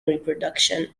reproduction